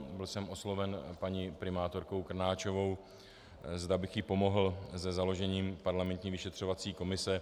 Byl jsem osloven paní primátorkou Krnáčovou, zda bych jí pomohl se založením parlamentní vyšetřovací komise.